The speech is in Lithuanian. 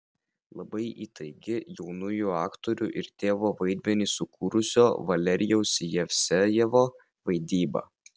labai įtaigi jaunųjų aktorių ir tėvo vaidmenį sukūrusio valerijaus jevsejevo vaidyba